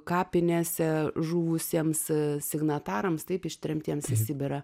kapinėse žuvusiems signatarams taip ištremtiems į sibirą